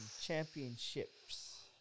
Championships